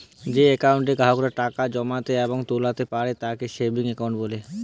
যেই একাউন্টে গ্রাহকেরা টাকা জমাতে এবং তুলতা পারে তাকে সেভিংস একাউন্ট বলে